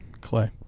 Clay